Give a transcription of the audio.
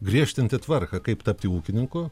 griežtinti tvarką kaip tapti ūkininku